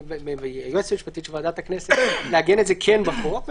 מוגשת ליו"ר הכנסת ולוועדת חוקה,